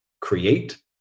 create